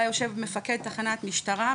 בה יושב מפקד תחנת משטרה,